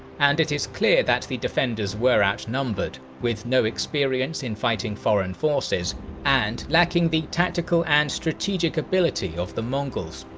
and it is clear that the defenders were outnumbered, with no experience in fighting foreign forces and lacking the tactical and strategic ability of the mongols.